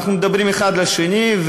אנחנו מדברים האחד לשני,